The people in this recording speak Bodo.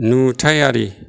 नुथायारि